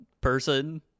person